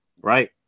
right